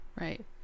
right